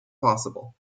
possible